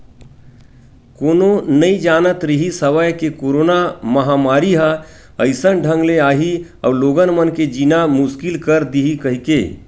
कोनो नइ जानत रिहिस हवय के करोना महामारी ह अइसन ढंग ले आही अउ लोगन मन के जीना मुसकिल कर दिही कहिके